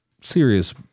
serious